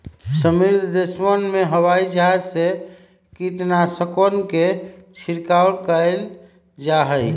समृद्ध देशवन में हवाई जहाज से कीटनाशकवन के छिड़काव कइल जाहई